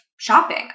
shopping